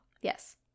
Yes